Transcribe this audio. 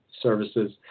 services